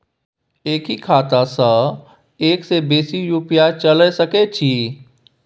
एक ही खाता सं एक से बेसी यु.पी.आई चलय सके छि?